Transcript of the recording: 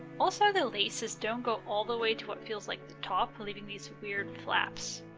also the laces don't go all the way to what feels like the top, leaving these weird flaps.